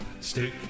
Stick